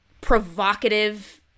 provocative